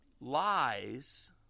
lies